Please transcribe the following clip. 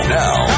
now